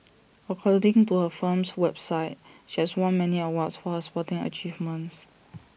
according to her firm's website she has won many awards for her sporting achievements